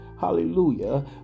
hallelujah